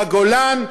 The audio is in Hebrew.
בגולן,